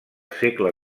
segle